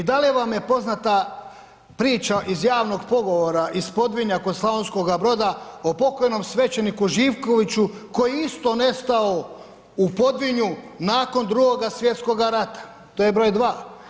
I da li vam je poznata priča iz javnog pogovora iz Podvinja kod Slavonskoga Broda o pokojnom svećeniku Živkoviću koji je isto nestao u Podvinju nakon Drugoga svjetskoga rata to je broj dva?